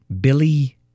Billy